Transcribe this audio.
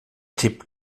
tipp